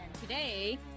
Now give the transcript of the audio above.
today